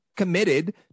committed